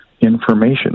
information